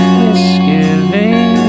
misgiving